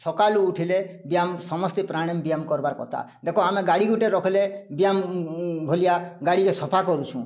ସକାଲୁ ଉଠ୍ଲେ ବ୍ୟାୟାମ୍ ସମସ୍ତେ ପ୍ରାଣୟମ୍ ବ୍ୟାୟାମ୍ କରବାର୍ କଥା ଦେଖ ଆମେ ଗାଡ଼ି ଗୁଟେ ରଖ୍ଲେ ବ୍ୟାୟାମ୍ ଭଲିଆ ଗାଡ଼ିକେ ସଫା କରୁଛୁଁ